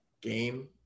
game